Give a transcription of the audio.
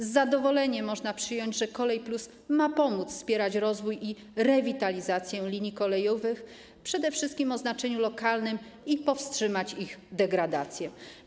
Z zadowoleniem można przyjąć, że ˝Kolej+˝ ma pomóc wspierać rozwój i rewitalizację linii kolejowych przede wszystkim o znaczeniu lokalnym i powstrzymać ich degradację.